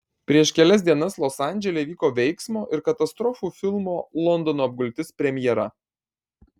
prieš kelias dienas los andžele įvyko veiksmo ir katastrofų filmo londono apgultis premjera